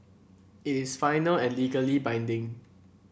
it is final and legally binding